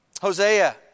Hosea